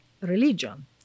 religion